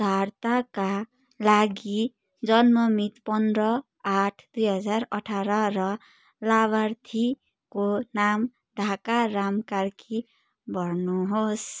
दर्ताका लागि जन्ममिति पन्ध्र आठ दुई हजार अठार र लाभार्थीको नाम ढाकाराम कार्की भर्नुहोस्